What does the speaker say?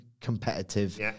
competitive